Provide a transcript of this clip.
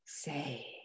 say